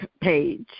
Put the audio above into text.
page